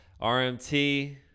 rmt